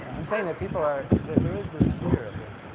i'm saying that people are, there there is this fear of this,